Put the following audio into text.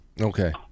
Okay